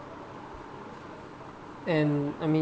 and I mean